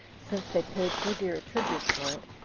since they paid so dear a tribute for it,